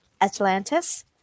Atlantis